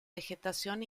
vegetación